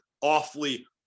awfully